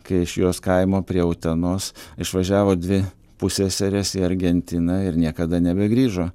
kai iš jos kaimo prie utenos išvažiavo dvi pusseserės į argentiną ir niekada nebegrįžo